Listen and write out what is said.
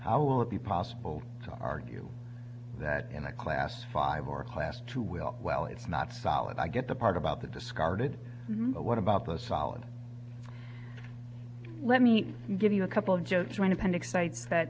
solid will it be possible to argue that in a class five or class two will well it's not solid i get the part about the discarded what about the solid let me give you a couple jokes when appendix cites that